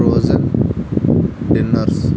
frozen dinners